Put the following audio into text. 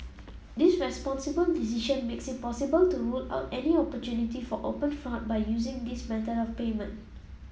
this responsible decision makes it possible to rule out any opportunity for open fraud by using this method of payment